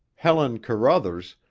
helen carruthers,